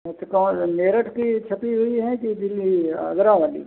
नहीं तो कौन मेरठ की छपी हुई हैं कि दिल्ली आगरा वाली